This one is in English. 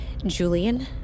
Julian